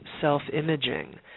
self-imaging